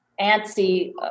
antsy